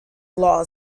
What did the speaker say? law